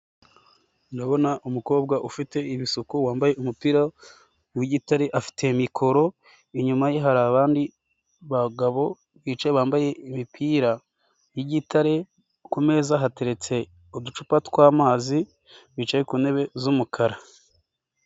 Ndabona umukobwa ufite ibisuku wambaye umupira, w'igitare afite mikoro. Inyuma ye hari abandi, bagabo bicaye bambaye imipira, yigitare. Kumeza hateretse, uducupa tw'amazi. Bicaye ku ntebe z'umukara.